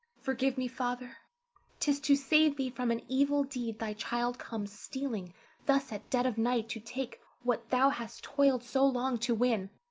forgive me, father tis to save thee from an evil deed thy child comes stealing thus at dead of night to take what thou hast toiled so long to win.